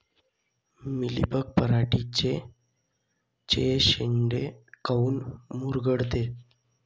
Mealybug पराटीचे चे शेंडे काऊन मुरगळते?